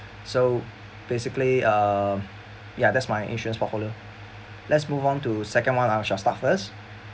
so basically um ya that's my insurance portfolio let's move on to second one I shall start first